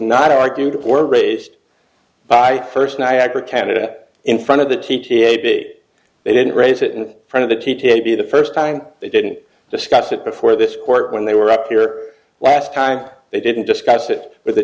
not argued were raised by first niagara canada in front of the t t a bit they didn't raise it in front of the t t to be the first time they didn't discuss it before this court when they were up here last time they didn't discuss it with